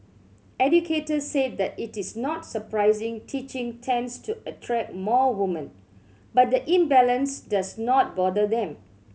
educators said that it is not surprising teaching tends to attract more woman but the imbalance does not bother them